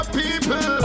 people